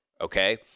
okay